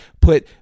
Put